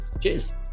Cheers